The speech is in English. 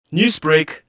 Newsbreak